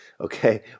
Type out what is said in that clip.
okay